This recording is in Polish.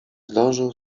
zdążył